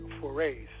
forays